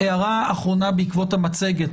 הערה אחרונה בעקבות המצגת.